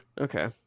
okay